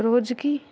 రోజుకి